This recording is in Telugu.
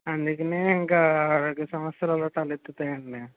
అందుకనే ఇంక వైద్య సమస్యలు తలెత్తుతాయండీ